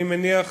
אני מניח.